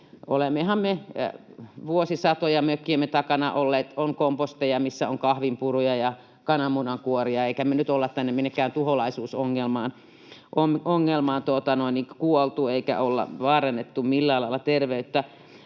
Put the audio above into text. Onhan vuosisatoja mökkiemme takana ollut komposteja, missä on kahvinpuruja ja kananmunankuoria, eikä me nyt olla tänne minnekään tuholaisongelmaan kuoltu eikä olla vaarannettu millään lailla terveyttä.